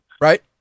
right